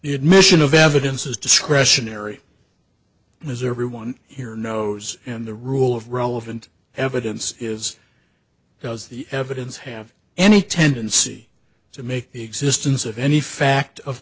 admission of evidence is discretionary as everyone here knows and the rule of relevant evidence is because the evidence have any tendency to make the existence of any fact of